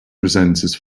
presenters